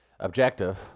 Objective